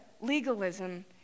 legalism